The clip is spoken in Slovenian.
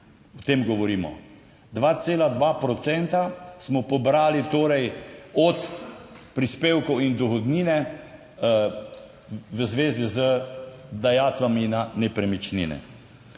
o tem govorimo, 2,2 % smo pobrali torej od prispevkov in dohodnine v zvezi z dajatvami na nepremičnine